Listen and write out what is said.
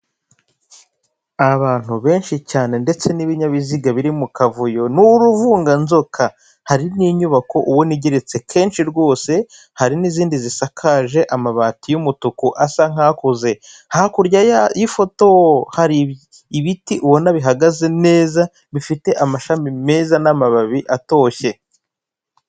Abantu benshi cyane ndetse n'ibinyabiziga biri mu kavuyo ni uruvunganzoka hari ni nyubako ubona igeretse kenshi rwose hari n'izindi zisakaje amabati y'umutuku asa nkakuze hakurya y'ifoto hari ibiti ubona bihagaze neza bifite amashami meza n'amababi atoshye.